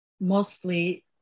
mostly